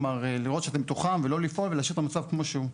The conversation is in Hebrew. כלומר לראות שזה מתוחם ולא לפעול ולהשאיר את המצב כמו שהוא.